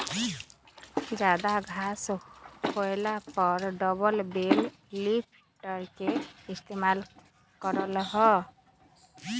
जादा घास होएला पर डबल बेल लिफ्टर के इस्तेमाल कर ल